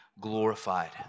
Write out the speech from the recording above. glorified